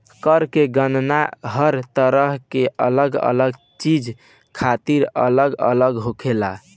कर के गणना हर तरह के अलग अलग चीज खातिर अलग अलग होखेला